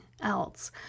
else